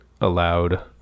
allowed